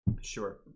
sure